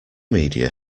media